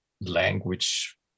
language